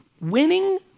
winning